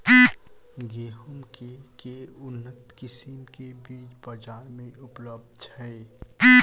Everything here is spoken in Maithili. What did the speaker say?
गेंहूँ केँ के उन्नत किसिम केँ बीज बजार मे उपलब्ध छैय?